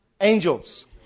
Angels